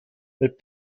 mit